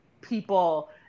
people